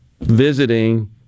visiting